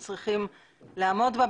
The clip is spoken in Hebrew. והם צריכים לעמוד בה.